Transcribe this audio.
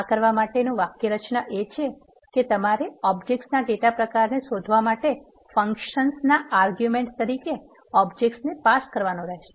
આ કરવા માટેનું વાક્યરચના એ છે કે તમારે ઓબજેક્ટ ના ડેટા પ્રકારને શોધવા માટે ફંક્શન ના આર્ગ્યુમેન્ટ તરીકે ઓબજેક્ટ ને પાસ કરવાનો રહેશે